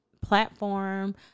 Platform